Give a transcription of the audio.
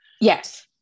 Yes